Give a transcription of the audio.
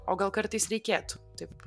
o gal kartais reikėtų taip